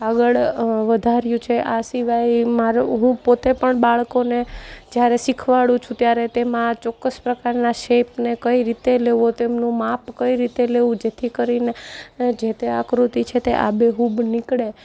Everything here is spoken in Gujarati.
આગળ વધાર્યું છે આ સિવાય મારું હું પોતે પણ બાળકોને જ્યારે શિખવાડું છું ત્યારે તેમાં ચોક્કસ પ્રકારના શેપને કઈ રીતે લેવો તેમનું માપ કઈ રીતે લેવું જેથી કરીને જે તે આકૃતિ છે તે આબેહૂબ નીકળે